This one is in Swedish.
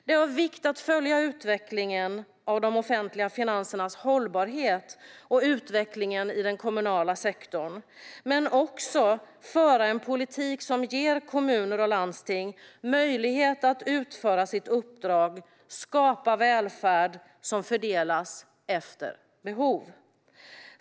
Det är av vikt att följa utvecklingen av de offentliga finansernas hållbarhet och utvecklingen i den kommunala sektorn men också att föra en politik som ger kommuner och landsting möjlighet att utföra sitt uppdrag att skapa välfärd som fördelas efter behov.